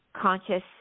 conscious